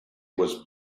was